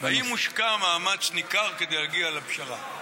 האם הושקע מאמץ ניכר כדי להגיע לפשרה?